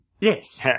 Yes